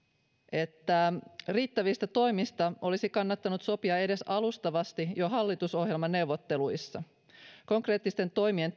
että riittävistä toimista olisi kannattanut sopia edes alustavasti jo hallitusohjelmaneuvotteluissa konkreettisten toimien